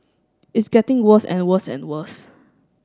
it's getting worse and worse and worse